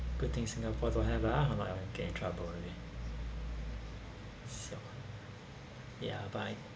good thing singapore don't have ah or not I will get in trouble already siao ah ya bye